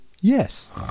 yes